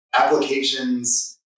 applications